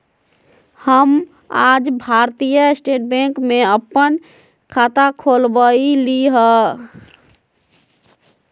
हम आज Bharatiya State Bank में अप्पन खाता खोलबईली ह